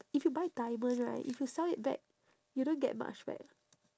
if you buy diamond right if you sell it back you don't get much back